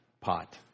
pot